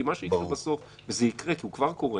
כי מה שיקרה בסוף וזה יקרה כי זה כבר קורה